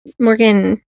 Morgan